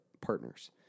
partners